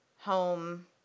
home